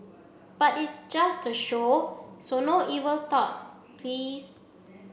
but it's just show so no evil thoughts please